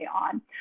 on